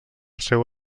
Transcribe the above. seu